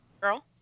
Girl